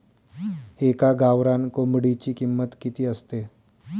एका गावरान कोंबडीची किंमत किती असते?